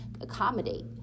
accommodate